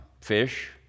fish